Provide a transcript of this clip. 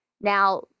Now